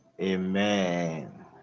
amen